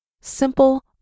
Simple